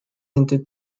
into